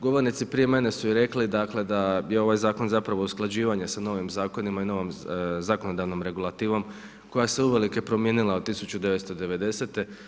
Govornici prije mene su rekli da je ovaj zakon zapravo usklađivanje sa novim zakonima i sa novom zakonodavnom regulativom koja se uvelike promijenila od 1990.